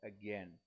again